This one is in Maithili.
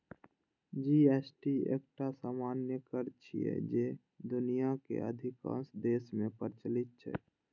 जी.एस.टी एकटा सामान्य कर छियै, जे दुनियाक अधिकांश देश मे प्रचलित छै